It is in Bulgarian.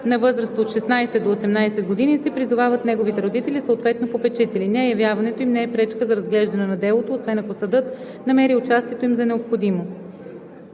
на възраст от 16 до 18 години се призовават неговите родители, съответно попечители. Неявяването им не е пречка за разглеждане на делото, освен ако съдът намери участието им за необходимо.